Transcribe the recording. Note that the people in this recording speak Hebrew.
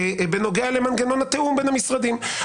בנוגע למנגנון התיאום בין המשרדים.